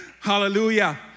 Hallelujah